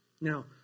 Now